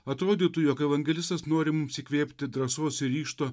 atrodytų jog evangelistas nori mums įkvėpti drąsos ir ryžto